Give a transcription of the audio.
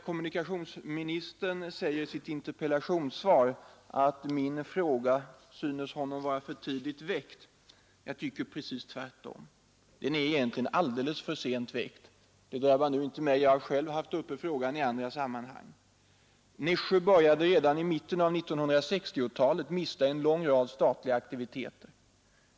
Kommunikationsministern säger i sitt svar att min fråga synes honom vara för tidigt väckt. Jag tycker precis tvärtom. Den är egentligen alldeles för sent väckt. Det drabbar nu inte mig; jag har själv tagit upp frågan i andra sammanhang. Nässjö började redan i mitten av 1960-talet mista en lång rad statliga aktiviteter.